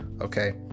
Okay